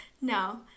No